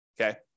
okay